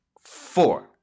four